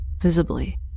visibly